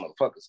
motherfuckers